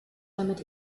damit